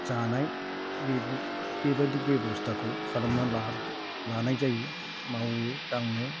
जानाय बेबायदि बेब'स्थाखौ खालामनानै लानाय जायो मावो दाङो